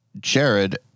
Jared